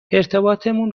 ارتباطمون